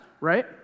right